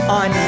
on